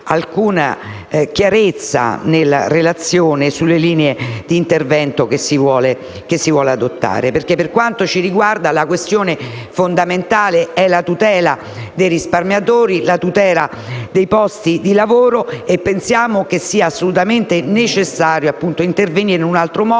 alcuna chiarezza nella relazione sulle linee di intervento che si vogliono adottare. Per noi, la questione fondamentale è la tutela dei risparmiatori e dei posti di lavoro. Pensiamo sia assolutamente necessario intervenire in un altro modo.